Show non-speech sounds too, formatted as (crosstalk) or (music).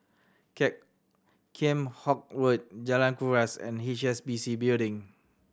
(unintelligible) Kheam Hock Road Jalan Kuras and H S B C Building